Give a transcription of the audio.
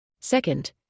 Second